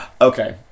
Okay